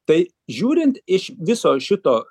tai žiūrint iš viso šito